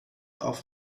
auf